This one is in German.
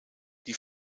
die